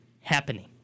happening